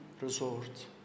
resort